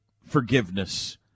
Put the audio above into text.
forgiveness